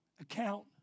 account